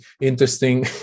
interesting